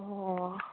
অঁ